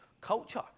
culture